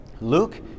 Luke